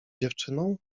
dziewczyną